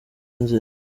inzira